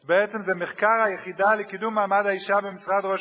בעצם זה מחקר היחידה לקידום מעמד האשה במשרד ראש הממשלה,